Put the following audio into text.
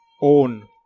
own